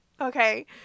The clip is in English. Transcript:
okay